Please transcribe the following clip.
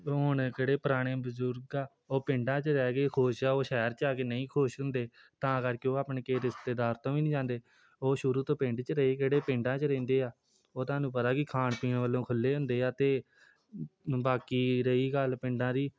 ਹੁਣ ਕਿਹੜੇ ਪੁਰਾਣੇ ਬਜ਼ੁਰਗ ਆ ਉਹ ਪਿੰਡਾਂ 'ਚ ਰਹਿ ਕੇ ਖੁਸ਼ ਆ ਉਹ ਸ਼ਹਿਰ 'ਚ ਆ ਕੇ ਨਹੀਂ ਖੁਸ਼ ਹੁੰਦੇ ਤਾਂ ਕਰਕੇ ਉਹ ਆਪਣੇ ਕਈ ਰਿਸ਼ਤੇਦਾਰ ਤੋਂ ਵੀ ਨਹੀਂ ਜਾਂਦੇ ਉਹ ਸ਼ੁਰੂ ਤੋਂ ਪਿੰਡ 'ਚ ਰਹੇ ਕਿਹੜੇ ਪਿੰਡਾਂ 'ਚ ਰਹਿੰਦੇ ਆ ਉਹ ਤੁਹਾਨੂੰ ਪਤਾ ਕੀ ਖਾਣ ਪੀਣ ਵੱਲੋਂ ਖੁੱਲ੍ਹੇ ਹੁੰਦੇ ਆ ਅਤੇ ਬਾਕੀ ਰਹੀ ਗੱਲ ਪਿੰਡਾਂ ਦੀ